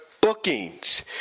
Bookings